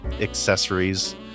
accessories